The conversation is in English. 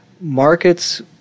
markets